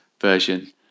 version